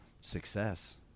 success